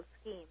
scheme